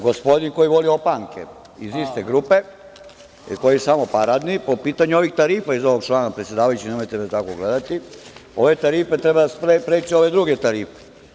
Gospodin koji voli opanke, iz iste grupe, i koji je samo paradni, po pitanju ovih tarifa iz ovog člana, predsedavajući nemojte me tako gledati, ove tarife treba da spreče ove druge tarife.